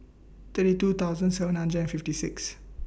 thirty two thousand seven hundred and fifty six